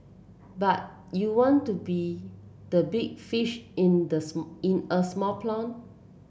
but you want to be the big fish in the in a small pond